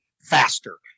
faster